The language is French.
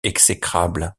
exécrable